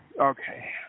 Okay